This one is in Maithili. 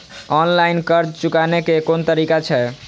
ऑनलाईन कर्ज चुकाने के कोन तरीका छै?